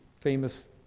famous